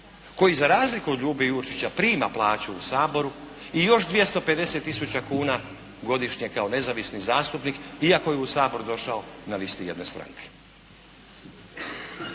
koji za razliku od Ljube Jurčića prima plaću u Saboru i još 250 tisuća kuna godišnje kao nezavisni zastupnik iako je u Sabor došao na listi jedne stranke.